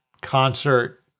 concert